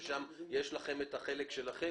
שם יש לכם את החלק שלכם.